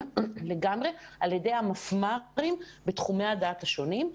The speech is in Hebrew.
לגמרי על ידי המפמ"רים בתחומי הדעת השונים,